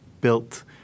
built